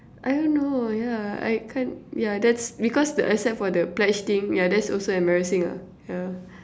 I don't know yeah I can't ya that's because except for the pledge thing ya that's also embarrassing ah ya